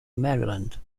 maryland